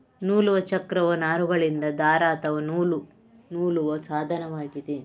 ನೂಲುವ ಚಕ್ರವು ನಾರುಗಳಿಂದ ದಾರ ಅಥವಾ ನೂಲು ನೂಲುವ ಸಾಧನವಾಗಿದೆ